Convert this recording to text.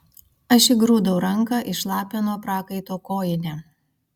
aš įgrūdau ranką į šlapią nuo prakaito kojinę